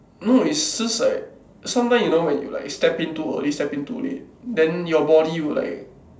no is just like sometime you know when you like step in too early step in too late then your body will like